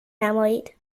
نمایید